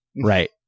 Right